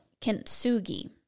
Kintsugi